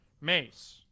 Mace